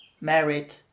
married